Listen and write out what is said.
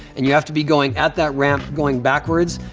and you have to be going at that ramp going backwards,